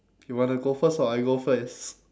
you want to go first or I go first